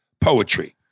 poetry